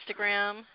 Instagram